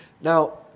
Now